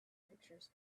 pictures